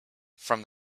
from